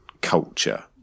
culture